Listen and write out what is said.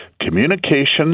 Communications